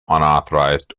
unauthorized